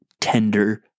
tender